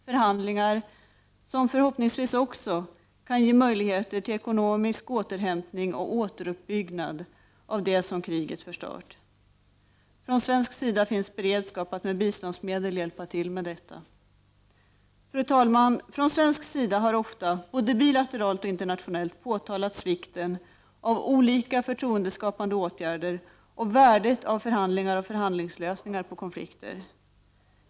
Förhandlingarna skall förhoppningsvis också ge möjligheter till ekonomisk återhämtning och uppbyggnad av det som kriget förstört. Det finns från svensk sida en beredskap att med biståndsmedel hjälpa till med detta. Fru talman! Från svensk sida har ofta, både bilateralt och internationellt, påtalats vikten av olika förtroendeskapande åtgärder och värdet av förhandlingar och förhandlingslösningar på konflikter.